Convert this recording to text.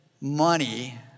money